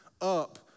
up